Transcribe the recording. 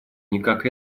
никак